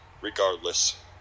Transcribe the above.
regardless